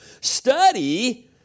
Study